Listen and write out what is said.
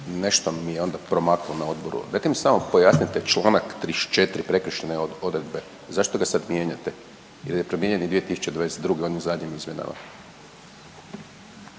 nešto mi je onda promaknulo na odboru. Dajte mi samo pojasnite Članka 34. prekršajne odredbe, zašto ga to mijenjate jer je to mijenjao 2022. u onim zadnjim izmjenama.